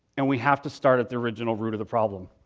and we have to start at the original root of the problem.